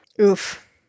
Oof